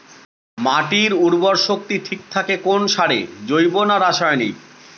মাটির উর্বর শক্তি ঠিক থাকে কোন সারে জৈব না রাসায়নিক?